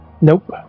Nope